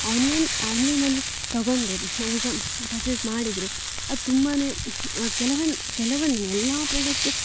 online ಆನ್ಲೈನಲ್ಲಿ ತೊಗೊಂಡರೆ ನಾವೀಗ ಪರ್ಚೇಸ್ ಮಾಡಿದರೆ ಅದು ತುಂಬಾ ಕೆಲವೊಂದು ಕೆಲವೊಂದು ನಾನು ಎಲ್ಲಾ ಪ್ರಾಡಕ್ಟು